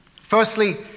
Firstly